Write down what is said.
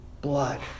blood